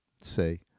say